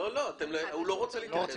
הוא לא רוצה להתייחס, אז לא.